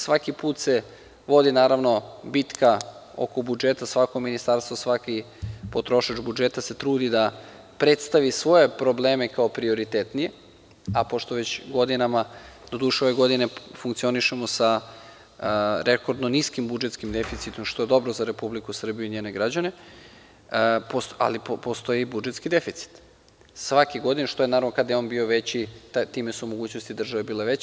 Svaki put se vodi, naravno, bitka oko budžeta, svako ministarstvo, svaki potrošač budžeta se trudi da predstavi svoje probleme kao prioritetne, a pošto već godinama, doduše ove godine funkcionišemo sa rekordno niskim budžetskim deficitom, što je dobro za Republiku Srbiju i njene građane, ali postoji budžetski deficit svake godine, što je naravno kada je on bio veći time su mogućnosti države bile veće.